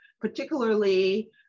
particularly